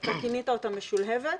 אתה כינית אותה משולהבת,